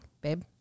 babe